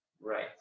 Right